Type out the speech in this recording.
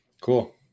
Cool